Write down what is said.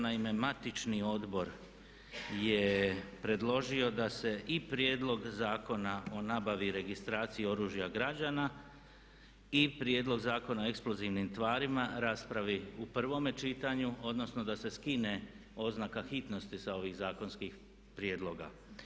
Naime, matični odbor je predložio da se i prijedlog Zakona o nabavi i registraciji oružja građana i prijedlog Zakona o eksplozivnim tvarima raspravi u prvome čitanju odnosno da se skine oznaka hitnosti sa ovih zakonskih prijedloga.